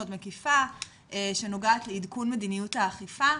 מקיפה שנוגעת לעדכון מדיניות האכיפה,